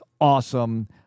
awesome